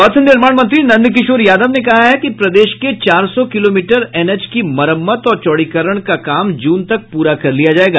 पथ निर्माण मंत्री नंद किशोर यादव ने कहा है कि प्रदेश के चार सौ किलोमीटर एनएच की मरम्मत और चौड़ीकरण का काम जून तक पूरा कर लिया जायेगा